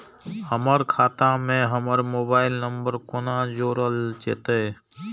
हमर खाता मे हमर मोबाइल नम्बर कोना जोरल जेतै?